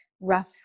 rough